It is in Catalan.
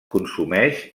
consumeix